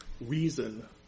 reason